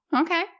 okay